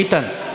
ביטן?